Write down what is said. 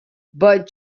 but